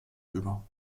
über